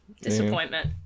disappointment